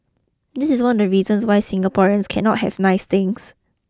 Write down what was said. this is one of the reasons why Singaporeans cannot have nice things